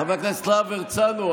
חבר הכנסת להב הרצנו,